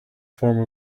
form